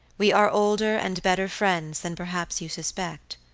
we are older and better friends than, perhaps, you suspect.